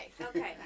Okay